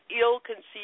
ill-conceived